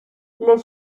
les